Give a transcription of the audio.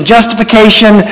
Justification